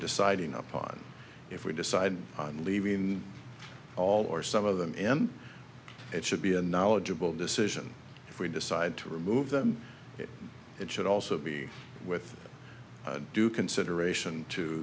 deciding upon if we decide on leaving in all or some of them in it should be a knowledgeable decision if we decide to remove them it should also be with due consideration